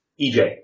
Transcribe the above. EJ